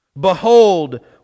behold